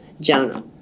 Jonah